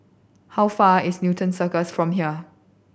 how far is Newton Cirus from here